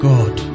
God